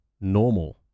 normal